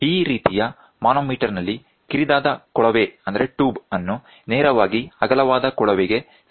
ಈ ರೀತಿಯ ಮಾನೋಮೀಟರ್ ನಲ್ಲಿ ಕಿರಿದಾದ ಕೊಳವೆಯನ್ನು ನೇರವಾಗಿ ಅಗಲವಾದ ಕೊಳವೆಗೆ ಸೇರಿಸಲಾಗುತ್ತದೆ